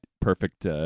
Perfect